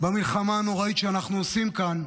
במלחמה הנוראית שאנחנו עושים כאן,